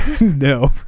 no